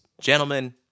gentlemen